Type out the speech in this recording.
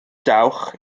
dawch